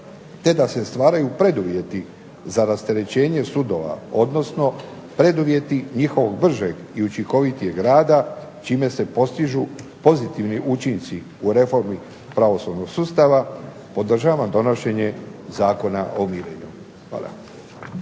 te da se stvaraju preduvjeti za rasterećenje sudova, odnosno preduvjeti njihovog bržeg i učinkovitijeg rada, čime se postižu pozitivni učinci u reformi pravosudnog sustava, podržavam donošenje Zakona o mirenju. Hvala.